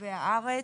ברחבי הארץ.